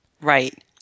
Right